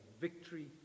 victory